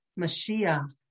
Mashiach